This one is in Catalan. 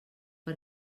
per